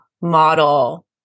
model